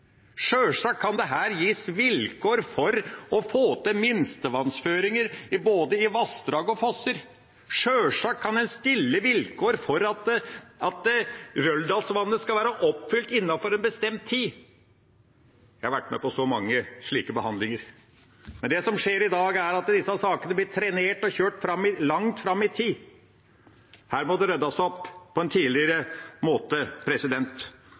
Sjølsagt kan det her gis vilkår for å få til minstevannføringer i både vassdrag og fosser. Sjølsagt kan en stille vilkår om at Røldalsvatnet skal være oppfylt innenfor en bestemt tid. Jeg har vært med på mange slike behandlinger. Det som skjer i dag, er at disse sakene blir trenert og kjørt langt fram i tid. Her må det ryddes opp på en tydeligere måte.